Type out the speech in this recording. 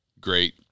great